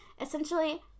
essentially